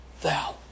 thou